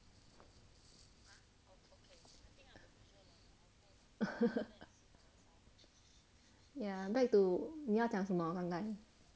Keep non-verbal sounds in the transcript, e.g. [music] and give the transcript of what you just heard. [laughs] ya back to 你要讲什么刚刚